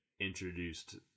introduced